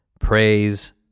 Praise